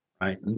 Right